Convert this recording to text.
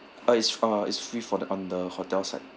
uh it's uh is free for the on the hotel side